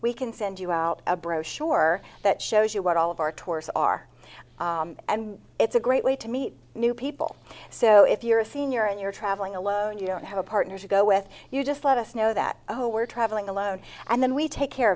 we can send you out a brochure that shows you what all of our tours are and it's a great way to meet new people so if you're a senior and you're traveling alone you don't have a partner to go with you just let us know that oh we're travelling alone and then we take care